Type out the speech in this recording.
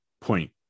point